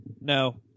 No